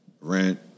rent